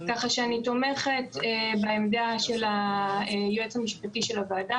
כך שאני תומכת בעמדה של היועץ המשפטי של הוועדה,